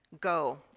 Go